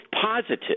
positive